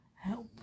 help